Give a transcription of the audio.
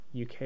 UK